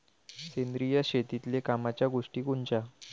सेंद्रिय शेतीतले कामाच्या गोष्टी कोनच्या?